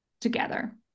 together